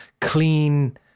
clean